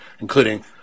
including